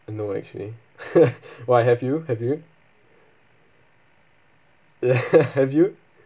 oh no actually why have you have you ya have you